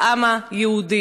לעם היהודי.